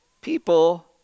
people